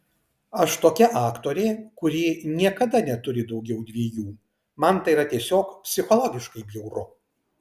aš tokia aktorė kuri niekada neturi daugiau dviejų man tai yra tiesiog psichologiškai bjauru